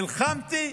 נלחמתי,